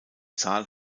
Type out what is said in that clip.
zahl